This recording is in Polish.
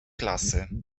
klasy